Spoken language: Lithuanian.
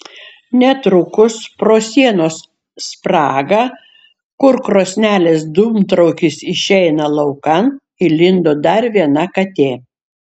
netrukus pro sienos spragą kur krosnelės dūmtraukis išeina laukan įlindo dar viena katė